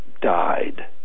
died